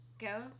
Go